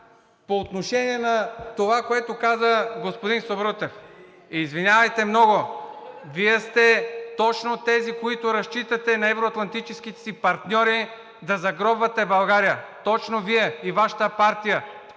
по отношение на това, което каза господин Сабрутев – извинявайте много, Вие сте точно от тези, които разчитате на евро-атлантическите си партньори да загробвате България. Точно Вие и Вашата партия.